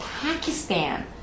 Pakistan